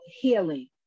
healing